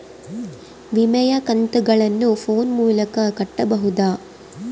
ವಿಮೆಯ ಕಂತುಗಳನ್ನ ಫೋನ್ ಮೂಲಕ ಕಟ್ಟಬಹುದಾ?